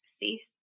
face